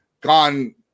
gone